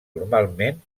normalment